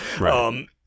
Right